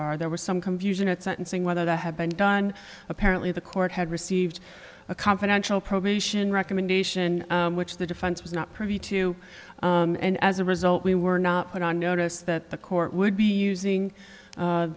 r there was some confusion at sentencing whether to have been done apparently the court had received a confidential probation recommendation which the defense was not privy to and as a result we were not put on notice that the court would be using